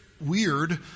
weird